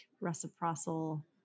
reciprocal